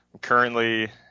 Currently